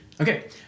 Okay